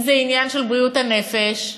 אם זה עניין של בריאות הנפש,